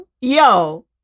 yo